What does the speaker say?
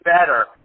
better